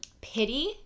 pity